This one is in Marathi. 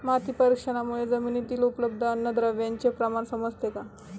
माती परीक्षणामुळे जमिनीतील उपलब्ध अन्नद्रव्यांचे प्रमाण समजते का?